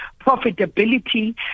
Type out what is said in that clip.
profitability